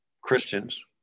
Christians